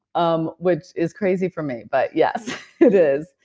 um which is crazy for me. but yes, it is.